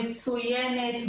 מצוינת,